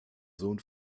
sohn